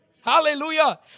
Hallelujah